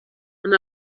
and